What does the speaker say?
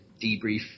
debrief